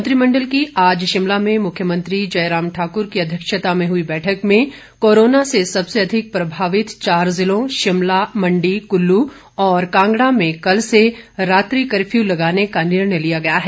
मंत्रिमण्डल की आज शिमला में मुख्यमंत्री जयराम ठाकुर की अध्यक्षता में हुई बैठक में कोरोना से सबसे अधिक प्रभावित चार जिलों शिमला मण्डी कुल्लू और कांगड़ा में कल से रात्रि कफ्यू लगाने का निर्णय लिया गया है